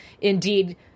indeed